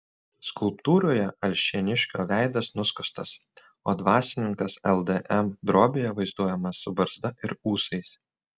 skulptūroje alšėniškio veidas nuskustas o dvasininkas ldm drobėje vaizduojamas su barzda ir ūsais